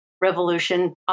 revolution